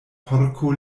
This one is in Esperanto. porko